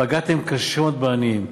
פגעתם קשות בעניים,